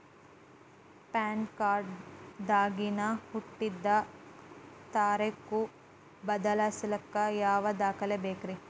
PAN card ದಾಗಿನ ಹುಟ್ಟಿದ ತಾರೇಖು ಬದಲಿಸಾಕ್ ಯಾವ ದಾಖಲೆ ಬೇಕ್ರಿ?